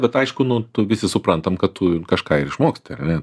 bet aišku nu tu visi suprantam kad tu kažką ir išmoksti ar ne